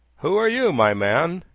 who are you, my man?